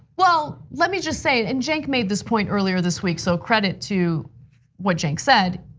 well, let me just say, and cenk made this point earlier this week. so credit to what cenk said,